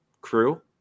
crew